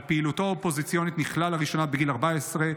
על פעילותו האופוזיציונית הוא נכלא לראשונה בגיל 14,